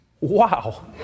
Wow